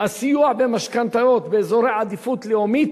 הסיוע במשכנתאות באזורי עדיפות לאומית